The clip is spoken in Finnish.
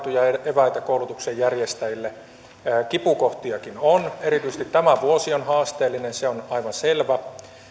eväitä koulutuksen järjestäjille kipukohtiakin on erityisesti tämä vuosi on haasteellinen se on aivan selvä